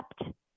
accept